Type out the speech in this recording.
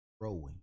growing